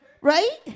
Right